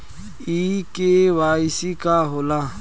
इ के.वाइ.सी का हो ला?